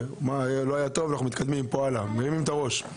במה שלא היה טוב, מתקדמים הלאה ומרימים את הראש.